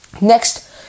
Next